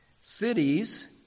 cities